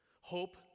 hope